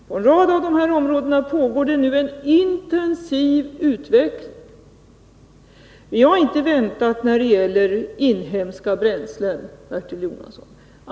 På en rad av dessa områden pågår det nu en intensiv utveckling. Vi har inte väntat när det gäller inhemska bränslen, Bertil Jonasson.